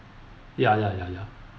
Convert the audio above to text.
ya ya ya ya